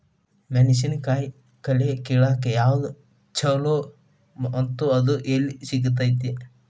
ಮೆಣಸಿನಕಾಯಿ ಕಳೆ ಕಿಳಾಕ್ ಯಾವ್ದು ಛಲೋ ಮತ್ತು ಅದು ಎಲ್ಲಿ ಸಿಗತೇತಿ?